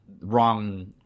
wrong